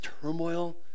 turmoil